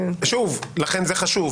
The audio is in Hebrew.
לכן זה חשוב.